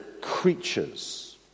creatures